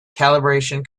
calibration